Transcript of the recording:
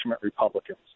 Republicans